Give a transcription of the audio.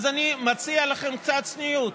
אז אני מציע לכם, קצת צניעות.